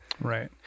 Right